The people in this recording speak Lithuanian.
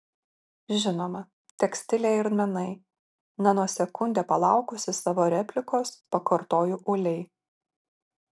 žinoma tekstilė ir menai nanosekundę palaukusi savo replikos pakartoju uoliai